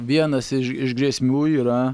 vienas iš iš grėsmių yra